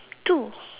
two